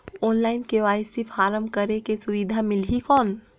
Online KYC form करेके सुविधा मिली कौन?